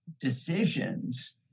decisions